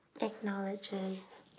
acknowledges